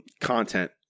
content